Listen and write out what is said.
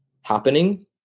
happening